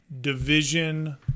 division